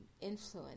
influence